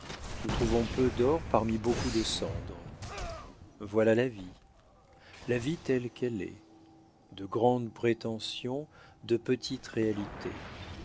nous trouvons peu d'or parmi beaucoup de cendres voilà la vie la vie telle qu'elle est de grandes prétentions de petites réalités